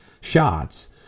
shots